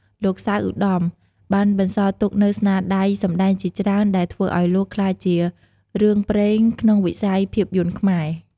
លោក សៅ ឧត្តម បានបន្សល់ទុកនូវស្នាដៃសម្តែងជាច្រើន ដែលធ្វើឱ្យលោកក្លាយជារឿងព្រេងក្នុងវិស័យភាពយន្តខ្មែរ។